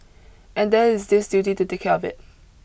and there is this duty to take care of it